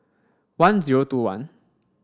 one zero two one